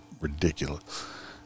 ridiculous